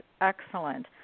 excellent